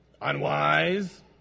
unwise